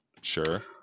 sure